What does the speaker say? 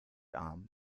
arm